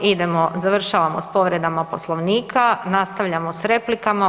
Idemo, završavamo s povredama Poslovnika, nastavljamo s replikama.